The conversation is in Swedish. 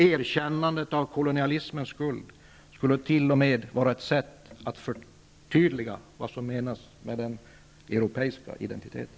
Erkännandet av kolonialismens skuld skulle t.o.m. vara ett sätt att förtydliga vad som menas med den europeiska identiteten.